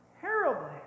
terribly